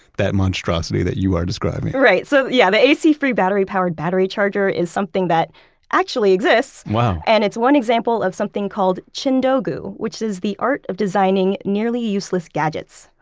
that monstrosity that you are describing right, so yeah the ac free battery powered battery charger is something that actually exists. and it's one example of something called chindogu which is the art of designing nearly useless gadgets.